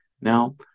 Now